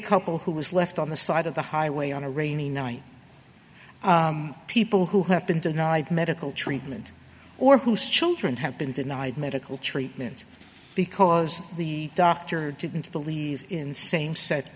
couple who was left on the side of the highway on a rainy night people who have been denied medical treatment or whose children have been denied medical treatment because the doctor didn't believe in same said